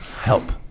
help